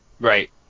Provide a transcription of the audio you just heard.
Right